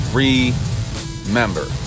remember